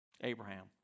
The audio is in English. Abraham